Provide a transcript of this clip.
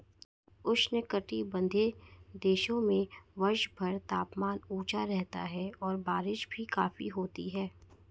उष्णकटिबंधीय देशों में वर्षभर तापमान ऊंचा रहता है और बारिश भी काफी होती है